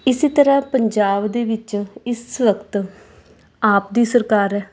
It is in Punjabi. ਇਸ ਤਰ੍ਹਾਂ ਪੰਜਾਬ ਦੇ ਵਿੱਚ ਇਸ ਵਕਤ ਆਪ ਦੀ ਸਰਕਾਰ ਹੈ